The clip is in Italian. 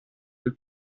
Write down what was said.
del